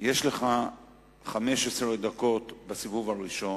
יש לך 12 דקות לסיבוב הראשון.